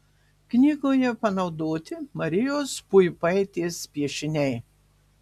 knygoje panaudoti marijos puipaitės piešiniai